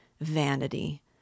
vanity